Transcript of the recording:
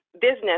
Business